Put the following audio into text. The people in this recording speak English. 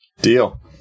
Deal